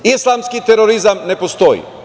Islamski terorizam ne postoji.